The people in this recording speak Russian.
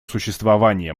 существование